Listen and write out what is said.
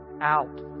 out